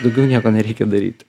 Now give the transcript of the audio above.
daugiau nieko nereikia daryt